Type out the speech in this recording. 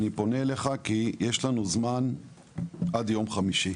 אני פונה אליך כי יש לנו זמן עד יום חמישי.